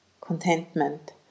contentment